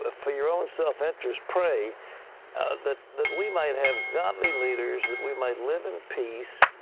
ah for your own self-interest, pray that that we might have godly leaders, that we might live in peace,